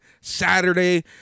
Saturday